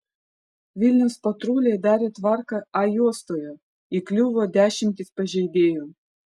vilniaus patruliai darė tvarką a juostoje įkliuvo dešimtys pažeidėjų